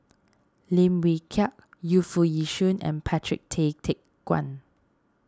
Lim Wee Kiak Yu Foo Yee Shoon and Patrick Tay Teck Guan